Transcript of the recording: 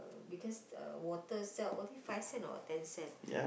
because water sell only five sen or ten sen